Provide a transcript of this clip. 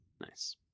Nice